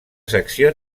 secció